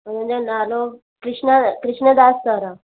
उन्हनि जो नालो कृष्णा कृष्णदास सर आहे